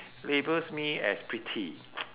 labels me as pretty